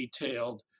detailed